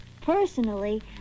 Personally